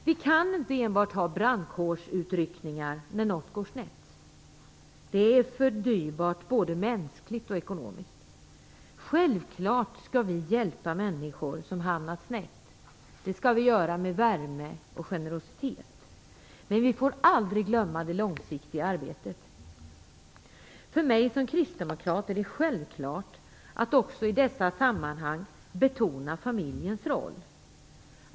Vi kan inte enbart ha brandkårsutryckningar när något går snett. Det är för dyrbart både mänskligt och ekonomiskt. Självklart skall vi hjälpa människor som har hamnat snett. Det skall vi göra med värme och generositet. Men vi får aldrig glömma det långsiktiga arbetet. För mig som kristdemokrat är det självklart att också i dessa sammanhang betona familjens roll.